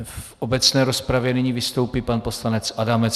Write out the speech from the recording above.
V obecné rozpravě nyní vystoupí pan poslanec Adamec.